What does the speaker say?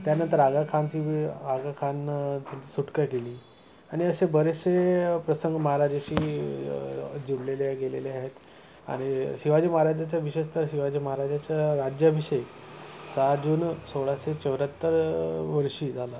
त्यानंतर आगाखानची आगाखान सुटका केली आणि असे बरेचसे प्रसंग महाराजाशी जोडलेले गेलेले आहेत आणि शिवाजी महाराजाच्या विशेषतः शिवाजी महाराजाच्या राज्याभिषेक सहा जून सोळाशे चौऱ्याहत्तर वर्षी झाला